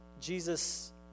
Jesus